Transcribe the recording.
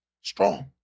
Strong